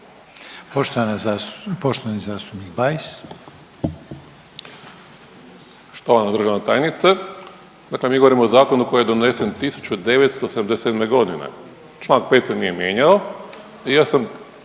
Damir (Fokus)** Štovana državna tajnice, dakle mi govorimo o zakonu koji je donesen 1977. godine. Članak 5. se nije mijenjao. Ja sam